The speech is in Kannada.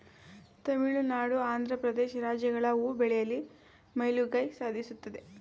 ತಮಿಳುನಾಡು, ಆಂಧ್ರ ಪ್ರದೇಶ್ ರಾಜ್ಯಗಳು ಹೂ ಬೆಳೆಯಲಿ ಮೇಲುಗೈ ಸಾಧಿಸುತ್ತದೆ